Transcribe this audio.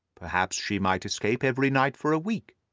perhaps she might escape every night for a week,